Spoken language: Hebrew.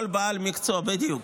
בדיוק.